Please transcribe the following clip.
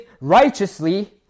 righteously